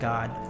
God